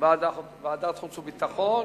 ועדת חוץ וביטחון.